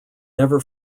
never